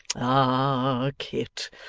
ah kit,